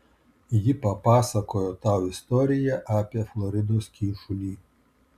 ji papasakojo tau istoriją apie floridos kyšulį